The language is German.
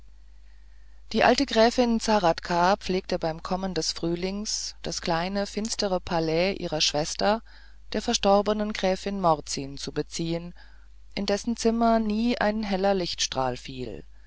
die alte gräfin zahradka pflegte beim kommen des frühlings das kleine finstere palais ihrer schwester der verstorbenen gräfin morzin zu beziehen in dessen zimmer nie ein heller lichtstrahl fiel